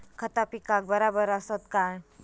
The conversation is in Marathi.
खता पिकाक बराबर आसत काय?